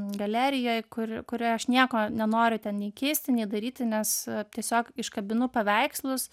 galerijoj kur kurioj aš nieko nenoriu ten nei keisti nei daryti nes tiesiog iškabinu paveikslus